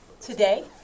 today